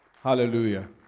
Hallelujah